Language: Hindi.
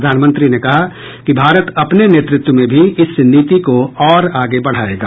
प्रधानमंत्री ने कहा कि भारत अपने नेतृत्व में भी इस नीति को और आगे बढ़ाएगा